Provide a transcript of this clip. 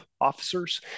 officers